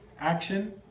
action